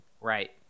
Right